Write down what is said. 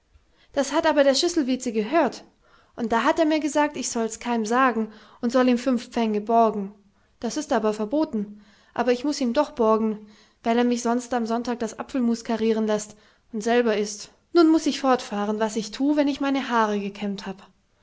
das hat aber der schisselvice gehehrt und da hat er mir gesagt ich solls keim sagen und soll ihm finf pfenge borgen das ist aber verboten aber ich muß ihm doch borgen weil er mich sonst am sonntag das apfelmus karieren läßt und selber ißt nun will ich fortfahren was ich thu wenn ich meine haare gekämmt hab